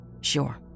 Sure